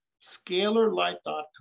Scalarlight.com